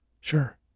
Sure